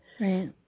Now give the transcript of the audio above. Right